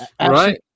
Right